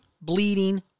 bleeding